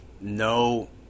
no